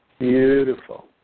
Beautiful